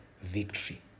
victory